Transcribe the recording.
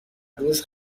روز